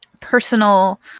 personal